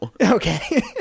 Okay